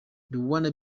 wanna